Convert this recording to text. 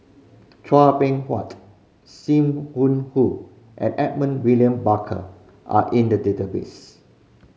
Chua Beng Huat Sim Wong Hoo and Edmund William Barker are in the database